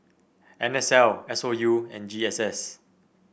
N S L S O U and G S S